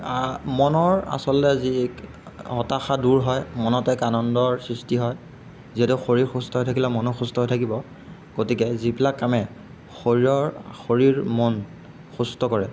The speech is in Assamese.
মনৰ আচলতে যি হতাশা দূৰ হয় মনত এক আনন্দৰ সৃষ্টি হয় যিহেতু শৰীৰ সুস্থ হৈ থাকিলে মনো সুস্থ হৈ থাকিব গতিকে যিবিলাক কামে শৰীৰৰ শৰীৰ মন সুস্থ কৰে